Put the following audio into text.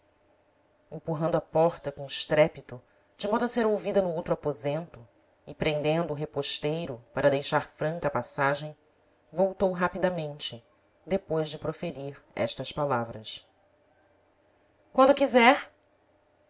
empurrando a porta com estrépito de modo a ser ouvida no outro aposento e prendendo o reposteiro para deixar franca a passagem voltou rapidamente depois de proferir estas palavras quando quiser